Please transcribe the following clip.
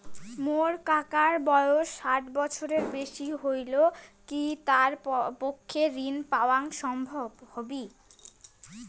মোর কাকার বয়স ষাট বছরের বেশি হলই কি তার পক্ষে ঋণ পাওয়াং সম্ভব হবি?